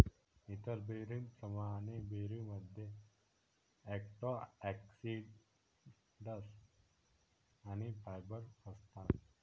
इतर बेरींप्रमाणे, बेरीमध्ये अँटिऑक्सिडंट्स आणि फायबर असतात